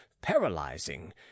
paralyzing